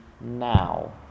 now